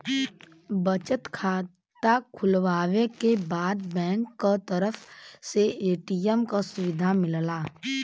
बचत खाता खुलवावे के बाद बैंक क तरफ से ए.टी.एम क सुविधा मिलला